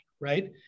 right